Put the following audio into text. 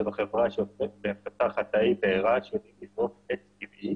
שזו חברה --- תאי בעירה שיודעים לשרוף עץ טבעי